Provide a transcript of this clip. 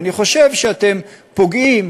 אני חושב שאתם פוגעים